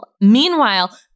Meanwhile